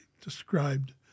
described